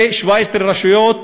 ו-17 רשויות